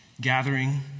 Gathering